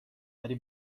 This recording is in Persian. ولی